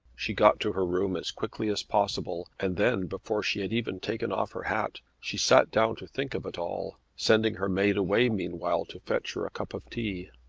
she got to her room as quickly as possible and then, before she had even taken off her hat, she sat down to think of it all sending her maid away meanwhile to fetch her a cup of tea.